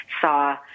saw